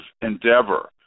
endeavor